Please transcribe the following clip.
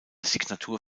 signatur